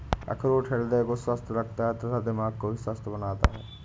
अखरोट हृदय को स्वस्थ रखता है तथा दिमाग को भी स्वस्थ बनाता है